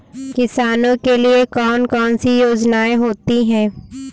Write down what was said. किसानों के लिए कौन कौन सी योजनायें होती हैं?